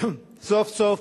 סוף-סוף,